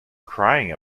crying